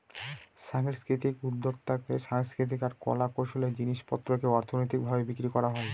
সাংস্কৃতিক উদ্যক্তাতে সাংস্কৃতিক আর কলা কৌশলের জিনিস পত্রকে অর্থনৈতিক ভাবে বিক্রি করা হয়